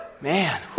man